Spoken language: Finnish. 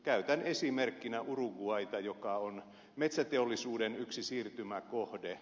käytän esimerkkinä uruguayta joka on metsäteollisuuden yksi siirtymäkohde